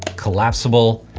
collapsible,